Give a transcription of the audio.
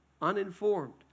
uninformed